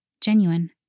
genuine